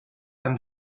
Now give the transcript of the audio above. and